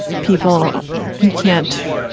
people you can't.